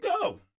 go